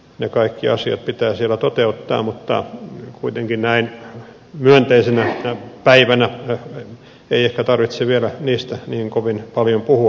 ne kaikki asiat pitää siellä toteuttaa mutta kuitenkaan näin myönteisenä päivänä ei ehkä tarvitse vielä niistä niin kovin paljon puhua